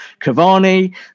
Cavani